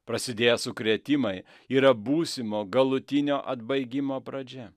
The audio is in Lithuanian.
prasidėję sukrėtimai yra būsimo galutinio atbaigimo pradžia